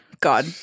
God